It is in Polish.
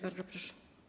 Bardzo proszę.